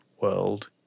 world